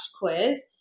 quiz